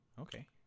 Okay